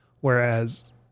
whereas